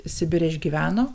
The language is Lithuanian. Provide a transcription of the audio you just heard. sibire išgyveno